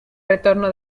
retorno